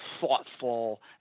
thoughtful